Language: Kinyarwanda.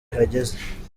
bihagaze